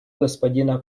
господина